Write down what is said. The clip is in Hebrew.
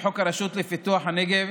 וחוק הרשות לפיתוח הנגב,